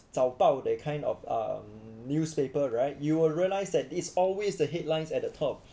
zaobao that kind of um newspaper right you will realise that it's always the headlines at the top